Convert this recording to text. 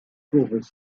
courbes